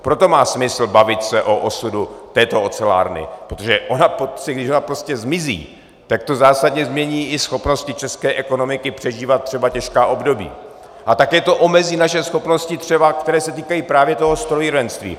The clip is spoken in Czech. Proto má smysl bavit se o osudu této ocelárny, protože když ona prostě zmizí, tak to zásadně změní i schopnosti české ekonomiky přežívat třeba těžká období a také to omezí naše schopnosti, které se týkají právě toho strojírenství.